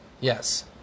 Yes